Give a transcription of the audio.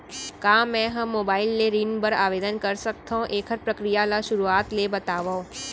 का मैं ह मोबाइल ले ऋण बर आवेदन कर सकथो, एखर प्रक्रिया ला शुरुआत ले बतावव?